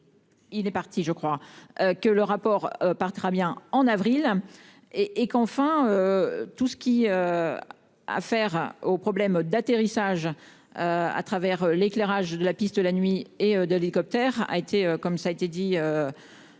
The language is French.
Il est parti je crois. Que le rapport paraîtra bien en avril et et qu'enfin. Tout ce qui. À faire au problème d'atterrissage. À travers l'éclairage de la piste de la nuit et de l'hélicoptère a été comme ça a été dit.